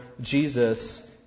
Jesus